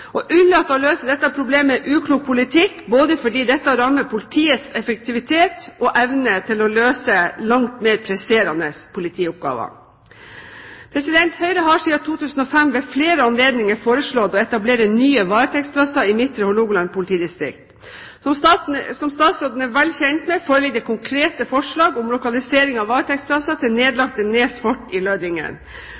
Å unnlate å løse dette problemet er uklok politikk, fordi dette rammer politiets effektivitet og evne til å løse langt mer presserende politioppgaver. Høyre har siden 2005 ved flere anledninger foreslått å etablere nye varetektsplasser i Midtre Hålogaland politidistrikt. Som statsråden er vel kjent med, foreligger det konkrete forslag om lokalisering av varetektsplasser til